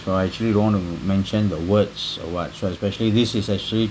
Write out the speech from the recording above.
so I actually don't want to mention the words or what so especially this is actually